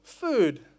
food